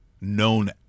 known